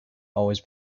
always